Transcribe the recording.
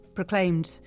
proclaimed